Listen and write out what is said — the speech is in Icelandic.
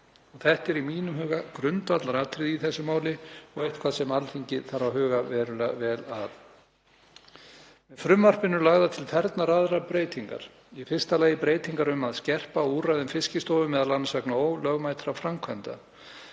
Þetta er í mínum huga grundvallaratriði í þessu máli og nokkuð sem Alþingi þarf að huga verulega vel að. Með frumvarpinu eru lagðar til fjórar aðrar breytingar. Í fyrsta lagi breytingar um að skerpa á úrræðum Fiskistofu, m.a. vegna ólögmætra framkvæmda.